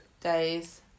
Days